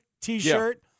t-shirt